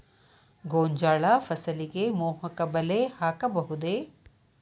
ಗೋಂಜಾಳ ಫಸಲಿಗೆ ಮೋಹಕ ಬಲೆ ಹಾಕಬಹುದೇ?